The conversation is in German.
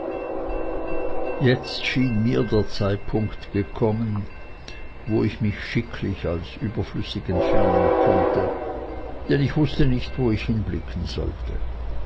jetzt schien mir der zeitpunkt gekommen wo ich mich schicklich als überflüssig entfernen konnte denn ich wußte nicht wo ich hinblicken sollte